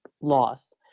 loss